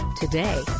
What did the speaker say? today